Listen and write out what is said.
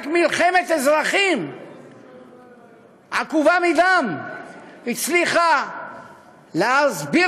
רק מלחמת אזרחים עקובה מדם הצליחה להסביר